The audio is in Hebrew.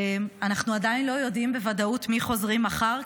אנחנו עדיין לא יודעים בוודאות מי חוזרים מחר,